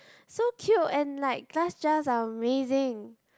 so cute and like glass jars are amazing